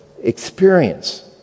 experience